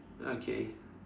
okay